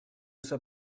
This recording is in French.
soit